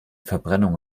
verbrennung